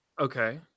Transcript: Okay